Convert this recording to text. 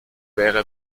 wäre